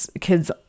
kids